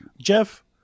Jeff